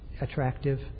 attractive